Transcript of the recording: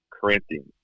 Corinthians